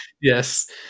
Yes